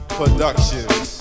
productions